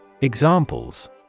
Examples